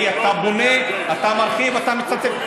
כי אתה בונה, אתה מרחיב, אתה מצמצם.